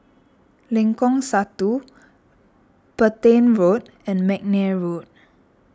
Lengkong Satu Petain Road and McNair Road